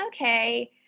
okay